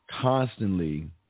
constantly